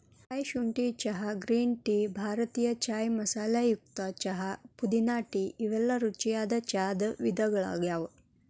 Thai ಶುಂಠಿ ಚಹಾ, green tea, ಭಾರತೇಯ ಚಾಯ್ ಮಸಾಲೆಯುಕ್ತ ಚಹಾ, ಪುದೇನಾ ಟೇ ಇವೆಲ್ಲ ರುಚಿಯಾದ ಚಾ ವಿಧಗಳಗ್ಯಾವ